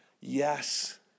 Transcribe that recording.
yes